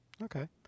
Okay